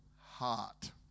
heart